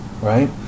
right